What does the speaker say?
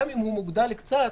גם אם הוא מוגדל קצת,